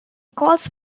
calls